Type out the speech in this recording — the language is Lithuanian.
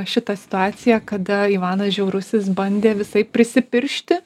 šitą situaciją kada ivanas žiaurusis bandė visaip prisipiršti